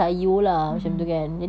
mm mm